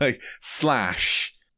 slash